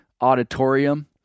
auditorium